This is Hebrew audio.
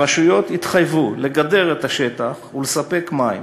הרשויות התחייבו לגדר את השטח ולספק מים.